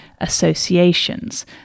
associations